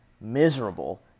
miserable